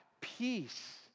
peace